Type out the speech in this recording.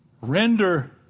Render